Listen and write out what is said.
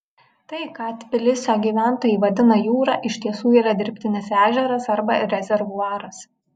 tai ką tbilisio gyventojai vadina jūra iš tiesų yra dirbtinis ežeras arba rezervuaras